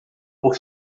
por